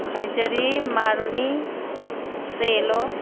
खैँजडी मारुनी सेलो